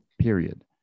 period